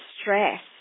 stress